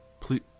Please